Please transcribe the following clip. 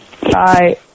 Bye